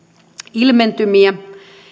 ilmentymiä